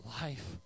life